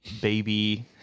baby